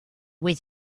was